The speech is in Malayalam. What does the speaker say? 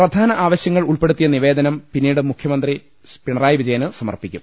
പ്രധാന ആവശ്യങ്ങൾ ഉൾപ്പെടുത്തിയ നിവേദനം പിന്നീട് മുഖ്യമന്ത്രിക്ക് സമർപ്പിക്കും